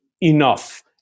enough